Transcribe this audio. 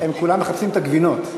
שהם כולם מחפשים את הגבינות.